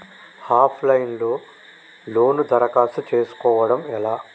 Of line లో loan దరఖాస్తు చేసుకోవడం ఎలా?